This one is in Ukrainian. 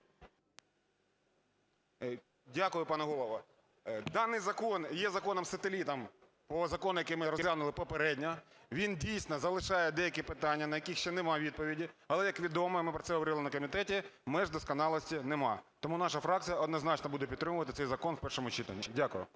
Дякую, пане Голово. Даний закон є законом-сателітом по закону, який ми розглянули попередньо. Він, дійсно, залишає деякі питання, на які ще немає відповіді. Але, як відомо, ми про це говорили на комітеті, меж досконалості немає. Тому наша фракція однозначно буде підтримувати цей закон в першому читанні. Дякую.